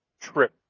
trip